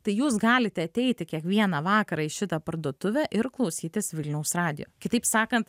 tai jūs galite ateiti kiekvieną vakarą į šitą parduotuvę ir klausytis vilniaus radijo kitaip sakant